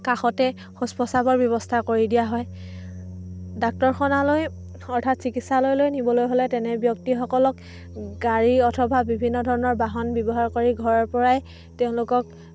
কাষতে শৌচ পচাৱৰ ব্যৱস্থা কৰি দিয়া হয় ডাক্তৰ খানালৈ অৰ্থাৎ চিকিৎসালয়লৈ নিবলৈ হ'লে তেনে ব্যক্তিসকলক গাড়ী অথবা বিভিন্ন ধৰণৰ বাহন ব্যৱহাৰ কৰি ঘৰৰ পৰাই তেওঁলোকক